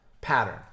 pattern